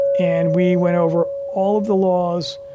and we went over all of the laws,